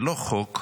זה לא חוק.